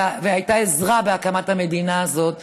והייתה לעזר בהקמת המדינה הזאת,